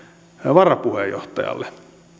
varapuheenjohtajalle